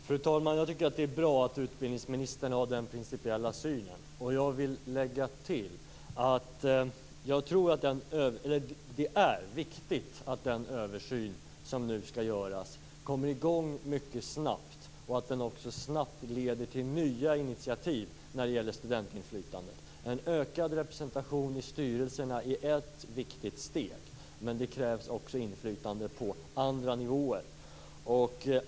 Fru talman! Jag tycker att det är bra att utbildningsministern har den principiella synen. Jag vill lägga till att det är viktigt att den översyn som nu skall göras kommer i gång mycket snabbt och att den också snabbt leder till nya initiativ när det gäller studentinflytandet. En ökad representation i styrelserna är ett viktigt steg. Men det krävs också inflytande på andra nivåer.